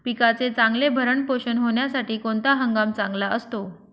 पिकाचे चांगले भरण पोषण होण्यासाठी कोणता हंगाम चांगला असतो?